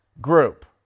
group